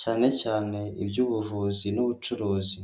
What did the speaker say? cyane cyane iby'ubuvuzi n'ubucuruzi.